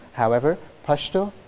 however pashto,